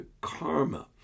karma